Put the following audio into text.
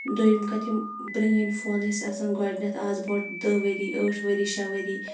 دوٚیِم کَتھ یِم پرٛٲنٛۍ فون ٲسۍ آسان گۄڈنیٚتھ اَز برٛونٛٹھ دٔہ ؤری ٲٹھ ؤری شےٚ ؤری